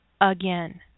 again